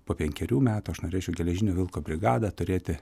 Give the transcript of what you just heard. po penkerių metų aš norėčiau geležinio vilko brigadą turėti